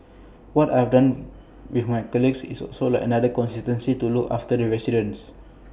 what I've done with my colleagues is also like another constituency to look after the residents